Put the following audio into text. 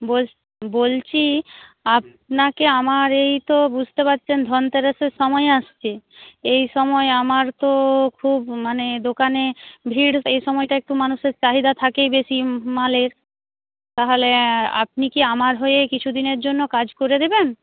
বল বলছি আপনাকে আমার এই তো বুঝতে পারছেন ধনতেরাসের সময় আসছে এই সময় আমার তো খুব মানে দোকানে ভিড় এই সময়টায় একটু মানুষের চাহিদা থাকেই বেশি মালের তাহলে আপনি কি আমার হয়ে কিছুদিনের জন্য কাজ করে দেবেন